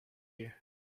you